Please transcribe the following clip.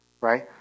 right